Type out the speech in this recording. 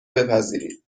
بپذیرید